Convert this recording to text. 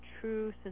true